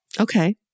Okay